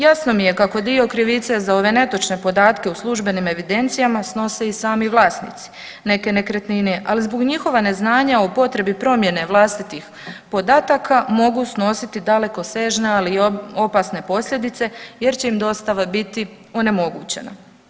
Jasno mi je kako dio krivice za ove netočne podatke u službenim evidencijama snose i sami vlasnici neke nekretnine, ali zbog njihova neznanja o potrebi promjene vlastitih podataka mogu snositi dalekosežne, ali i opasne posljedice jer će im dostava biti onemogućena.